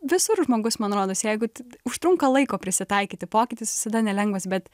visur žmogus man rodos jeigu užtrunka laiko prisitaikyti pokytis visada nelengvas bet